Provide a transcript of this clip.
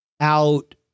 out